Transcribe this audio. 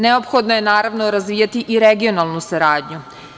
Neophodno je, naravno, razvijati i regionalnu saradnju.